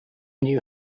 new